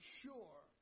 sure